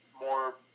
More